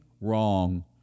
wrong